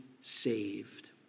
saved